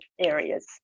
areas